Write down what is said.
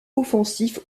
offensif